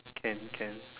can can